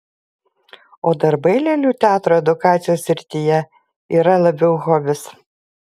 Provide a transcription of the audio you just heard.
o darbai lėlių teatro edukacijos srityje yra labiau hobis